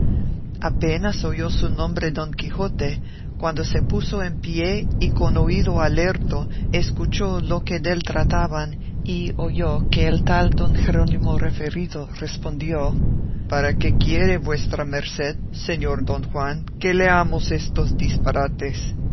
apenas oyó su nombre don quijote cuando se puso en pie y con oído alerto escuchó lo que dél trataban y oyó que el tal don jerónimo referido respondió para qué quiere vuestra merced señor don juan que leamos estos disparates